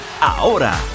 ahora